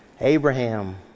Abraham